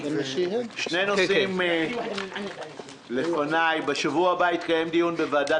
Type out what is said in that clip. שני נושאים לפניי: בשבוע הבא יתקיים דיון בוועדת